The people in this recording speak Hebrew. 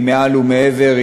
היא מעל ומעבר,